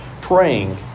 praying